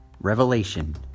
Revelation